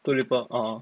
too little orh